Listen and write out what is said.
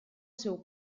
seu